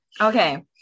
okay